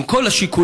עם כל השיקולים,